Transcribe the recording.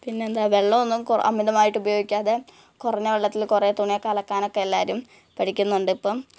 പിന്നെ എന്താണ് വെള്ളമൊന്നും കുറേ അമിതമായിട്ട് ഉപയോഗിക്കാതെ കുറഞ്ഞ വെള്ളത്തിൽ കുറേ തുണിയൊക്കെ അലക്കാനൊക്കെ എല്ലാവരും പഠിക്കുന്നുണ്ടിപ്പം